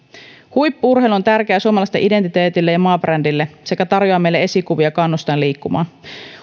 huippu urheilu on tärkeää suomalaisten identiteetille ja maabrändille sekä tarjoaa meille esikuvia kannustaen liikkumaan